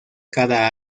cada